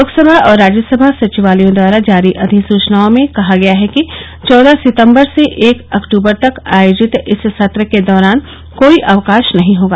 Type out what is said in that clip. लोकसभा और राज्यसभा सचिवालयों द्वारा जारी अधिसुचनाओं में कहा गया है कि चौदह सितंबर से एक अक्तबर तक आयोजित इस सत्र के दौरान कोई अवकाश नहीं होगा